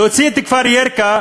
להוציא את כפר ירכא,